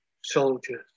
soldiers